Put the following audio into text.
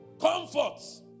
comforts